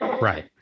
Right